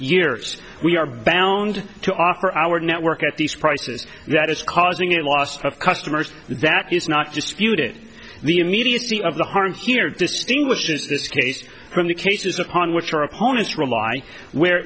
years we are bound to offer our network at these prices that is causing a loss of customers that is not just skewed it the immediacy of the harm here distinguishes this case from the cases upon which our opponents rely where